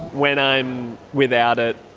when i am without it,